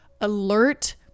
alert